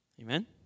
Amen